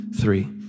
three